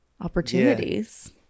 opportunities